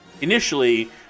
initially